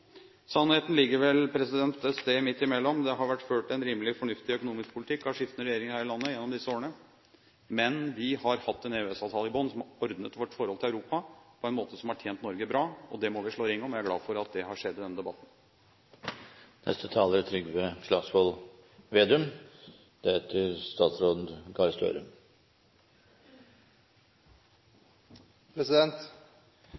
Sannheten ligger vel et sted midt imellom. Det har vært ført en rimelig fornuftig økonomisk politikk av skiftende regjeringer her i landet gjennom disse årene, men vi har hatt en EØS-avtale i bunnen som har ordnet vårt forhold til Europa på en måte som har tjent Norge bra. Det må vi slå ring om, og jeg er glad for at det har skjedd i denne debatten.